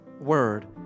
word